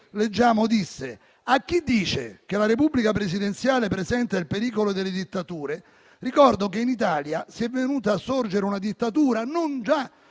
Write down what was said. disse: «a chi dice che la Repubblica presidenziale presenta il pericolo delle dittature, ricordo che in Italia come si è veduta sorgere una dittatura non già